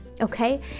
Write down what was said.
okay